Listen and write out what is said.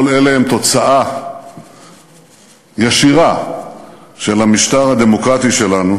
כל אלה הם תוצאה ישירה של המשטר הדמוקרטי שלנו,